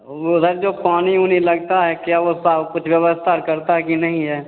उधर जो पानी उनी लगता है क्या वह सा कुछ व्यवस्था करता है कि नहीं है